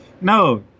No